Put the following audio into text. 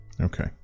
Okay